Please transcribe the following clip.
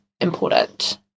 important